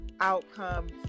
outcomes